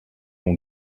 ont